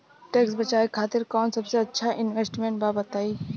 Tax बचावे खातिर कऊन सबसे अच्छा इन्वेस्टमेंट बा बताई?